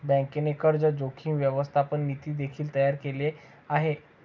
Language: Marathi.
बँकेने कर्ज जोखीम व्यवस्थापन नीती देखील तयार केले आहे